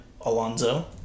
Alonzo